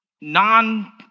non